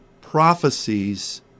prophecies